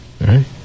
right